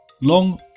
long